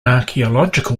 archaeological